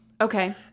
Okay